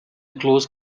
close